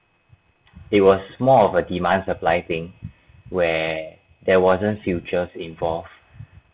it was more of a demand supply thing where there wasn't futures involved